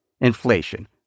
inflation